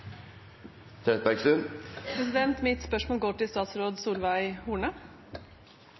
Mitt spørsmål går til statsråd Solveig Horne.